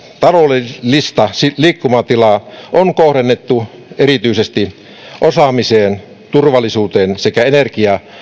taloudellista liikkumatilaa on kohdennettu erityisesti osaamiseen turvallisuuteen sekä energia